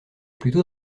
plutôt